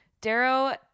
Darrow